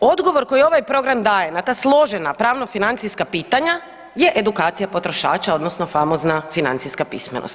Dakle, odgovor koji ovaj program daje na ta složena, pravno financijska pitanja je edukacija potrošača odnosno famozna financijska pismenost.